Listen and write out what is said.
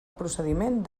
procediment